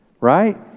right